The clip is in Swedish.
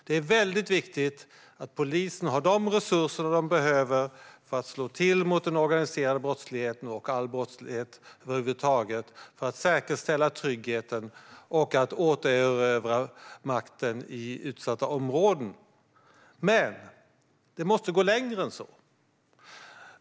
Det är väldigt viktigt att polisen har de resurser man behöver för att slå till mot den organiserade brottsligheten och mot all brottslighet över huvud taget, för att säkerställa tryggheten och för att återerövra makten i utsatta områden. Men det måste gå längre än så.